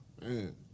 man